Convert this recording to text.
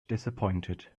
disappointed